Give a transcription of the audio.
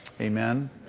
Amen